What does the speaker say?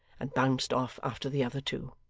and bounced off after the other two.